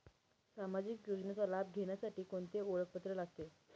सामाजिक योजनेचा लाभ घेण्यासाठी कोणते ओळखपत्र लागते?